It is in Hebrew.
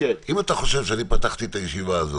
אם אתה חושב שאני פתחתי את הישיבה הזאת,